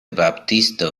baptisto